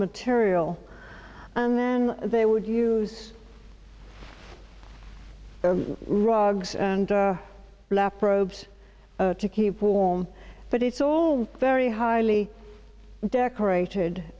material and then they would use rugs and lap robes to keep warm but it's all very highly decorated